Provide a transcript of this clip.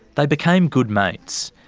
they became good mates.